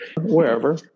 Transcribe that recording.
wherever